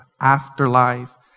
afterlife